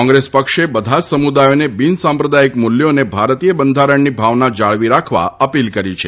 કોંગ્રેસ પક્ષે બધા જ સમુદાયોને બિનસાંપ્રદાયિક મૂલ્યો અને ભારતીય બંધારણની ભાવના જાળવી રાખવા અપીલ કરી છે